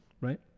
right